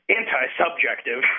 anti-subjective